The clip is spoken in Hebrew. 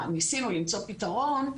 ניסינו למצוא פתרון,